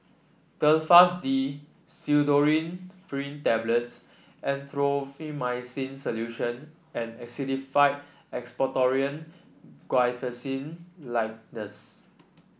Telfast D Pseudoephrine Tablets Erythroymycin Solution and Actified Expectorant Guaiphenesin Linctus